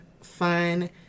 fun